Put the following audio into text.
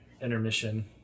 intermission